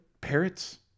Parrots